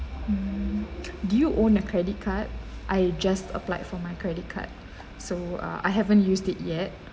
hmm do you own a credit card I just applied for my credit card so uh I haven't used it yet